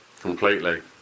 Completely